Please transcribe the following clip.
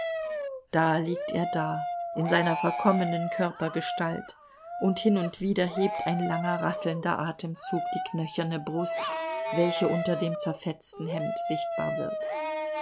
da liegt er da in seiner verkommenen körpergestalt und hin und wieder hebt ein langer rasselnder atemzug die knöcherne brust welche unter dem zerfetzten hemd sichtbar wird